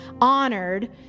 honored